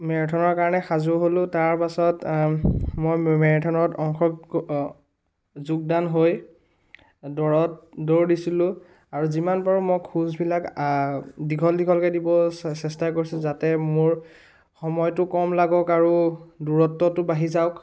মেৰাথানৰ কাৰণে সাজু হ'লোঁ তাৰ পাছত মই মেৰাথানত অংশ অ যোগদান হৈ দৌৰত দৌৰ দিছিলোঁ আৰু যিমান পাৰো মই খোজবিলাক দীঘল দীঘলকৈ দিব চে চেষ্টা কৰিছোঁ যাতে মোৰ সময়টো কম লাগক আৰু দূৰত্বটো বাঢ়ি যাওক